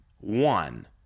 one